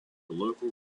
local